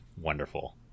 wonderful